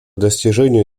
достижению